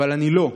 אבל אני לא.